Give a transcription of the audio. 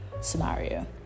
scenario